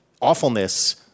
awfulness